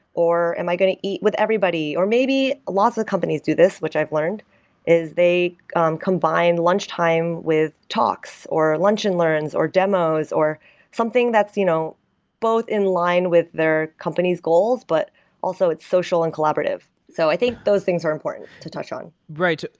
or am i going to eat with everybody? or maybe lots of companies do this, which i've learned is they um combine lunch time with talks, or lunch and learns, or demos, or something that's you know both in-line with their company's goals, but also its social and collaborative. so i think those things are important to touch on right.